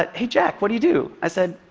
ah hey, jack, what do you do? i said,